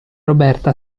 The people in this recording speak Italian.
roberta